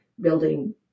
building